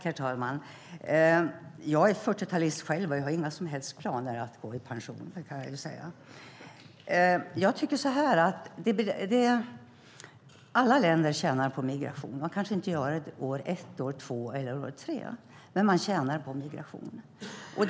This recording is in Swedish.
Herr talman! Jag är 40-talist själv, och jag har inga som helst planer på att gå i pension. Det kan jag säga. Jag tycker att alla länder tjänar på migration. Man kanske inte gör det år 1, år 2 eller år 3, men man tjänar på migrationen.